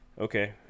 okay